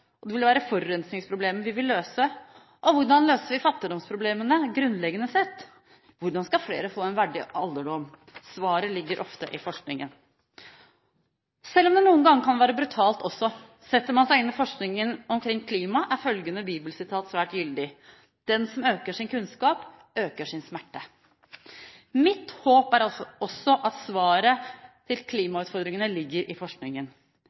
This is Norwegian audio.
og det vil være forurensningsproblemer vi vil løse. Hvordan løser vi fattigdomsproblemene, grunnleggende sett? Hvordan skal flere få en verdig alderdom? Svaret ligger ofte i forskningen, selv om det noen ganger kan være brutalt. Setter man seg inn i forskningen omkring klima, er følgende bibelsitat svært gyldig: «Den som øker sin kunnskap, øker sin smerte.» Mitt håp er også at svaret på klimautfordringene ligger i